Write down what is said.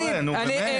חבר'ה, נו, באמת.